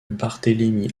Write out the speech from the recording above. barthélémy